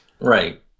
Right